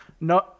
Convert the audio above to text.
No